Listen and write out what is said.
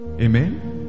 amen